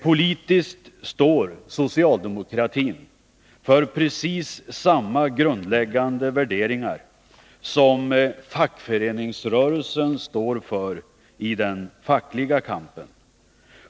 Politiskt står socialdemokratin för precis samma grundläggande värderingar som fackföreningsrörelsen står för i den fackliga kampen.